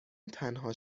تنها